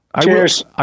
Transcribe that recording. Cheers